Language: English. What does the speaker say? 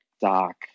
Doc